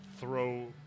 throw